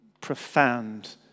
profound